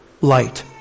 light